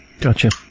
Gotcha